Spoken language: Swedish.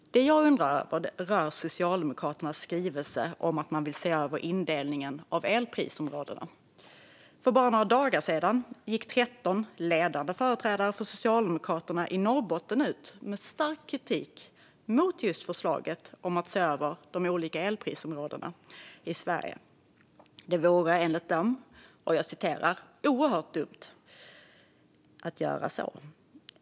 Det jag undrar över rör Socialdemokraternas skrivelse om att man vill se över indelningen av elprisområdena. För bara några dagar sedan gick 13 ledande företrädare för Socialdemokraterna i Norrbotten ut med stark kritik mot just förslaget om att se över de olika elprisområdena i Sverige. Det vore enligt dem oerhört dumt att göra så.